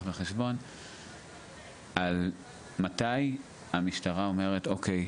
בחשבון לגבי מתי המשטרה אומרת "אוקיי,